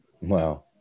wow